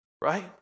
right